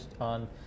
on